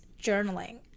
journaling